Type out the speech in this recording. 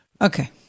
Okay